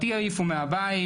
אותי העיפו מהבית,